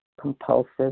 compulsive